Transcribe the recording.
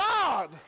God